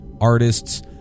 artists